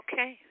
Okay